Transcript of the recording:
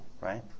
right